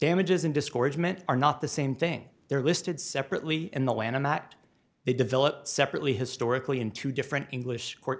damages and discouragement are not the same thing they're listed separately in the land and that they develop separately historically in two different english court